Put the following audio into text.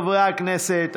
חברי הכנסת,